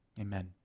Amen